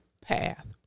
path